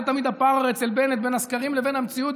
הרי זה תמיד הפער אצל בנט בין הסקרים לבין המציאות,